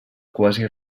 quasi